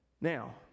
Now